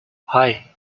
hei